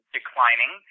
declining